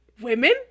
women